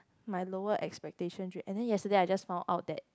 my lower expectations and then yesterday I just found out that